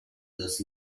los